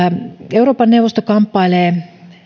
euroopan neuvosto kamppailee